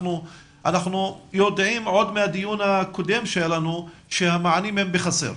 אנחנו יודעים עוד מהדיון הקודם שהיה לנו שהמענים הם בחסר.